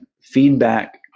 feedback